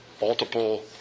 Multiple